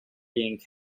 being